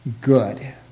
good